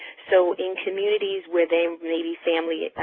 so in communities where they may be family